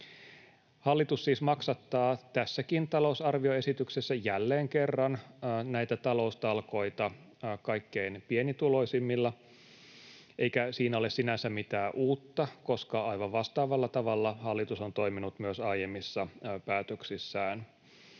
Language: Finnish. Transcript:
Hallitus siis maksattaa tässäkin talousarvioesityksessä jälleen kerran näitä taloustalkoita kaikkein pienituloisimmilla, eikä siinä ole sinänsä mitään uutta, koska aivan vastaavalla tavalla hallitus on toiminut myös aiemmissa päätöksissään.